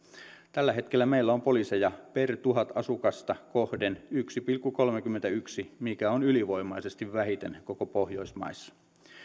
tällä hetkellä meillä on poliiseja tuhatta asukasta kohden yksi pilkku kolmekymmentäyksi mikä on ylivoimaisesti vähiten koko pohjoismaissa